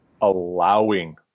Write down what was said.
allowing